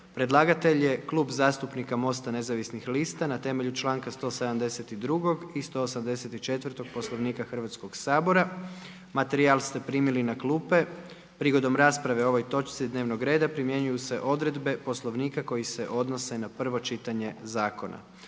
Predlagatelj je Klub zastupnika MOST-a nezavisnih lista na temelju članka 172. i 184. Poslovnika Hrvatskog sabora. Materijal ste primili na klupe. Prigodom rasprave o ovoj točci dnevnog reda primjenjuju se odredbe Poslovnika koje se odnose na prvo čitanje zakona.